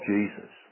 Jesus